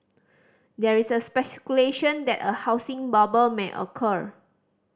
there is a speculation that a housing bubble may occur